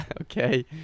Okay